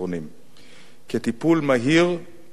כטיפול מהיר ונקודתי במצב,